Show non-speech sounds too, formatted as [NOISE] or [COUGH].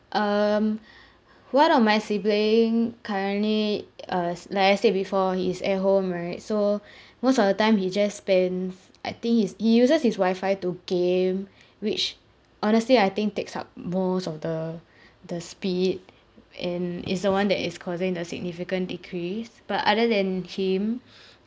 um [BREATH] one of my sibling currently uh s~ like I said before he is at home right so most of the time he just spends I think he's he uses his wifi to game which honestly I think takes up most of the the speed and it's the one that is causing the significant decrease but other than him